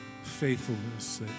faithfulness